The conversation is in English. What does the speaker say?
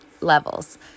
levels